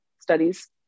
studies